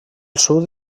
sud